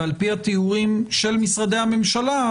ועל פי התיאורים של משרדי הממשלה,